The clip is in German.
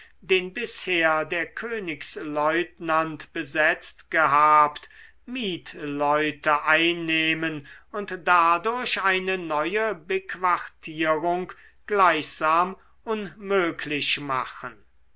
den bisher der königslieutenant besetzt gehabt mietleute einnehmen und dadurch eine neue bequartierung gleichsam unmöglich machen